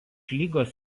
lygos